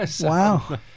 Wow